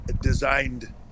designed